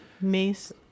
Mace